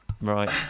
Right